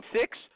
Six